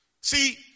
See